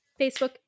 Facebook